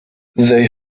they